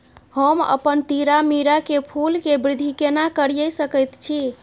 हम अपन तीरामीरा के फूल के वृद्धि केना करिये सकेत छी?